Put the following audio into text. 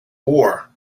war